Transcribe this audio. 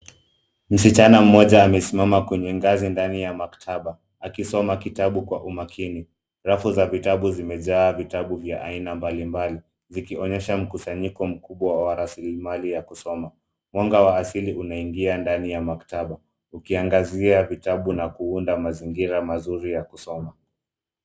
Msichana mmoja amesimama kwenye ngazi ndani ya maktaba akisoma kitabu kwa umakini. Rafu za vitabu vimejaa vitabu vya aina mbalimbali vikionyesha mkusanyiko mkubwa wa rasilimali ya kusoma. Mwanga wa asili unaingia ndani ya maktaba ukiangazia vitabu na kuunda mazingira mazuri ya kusoma.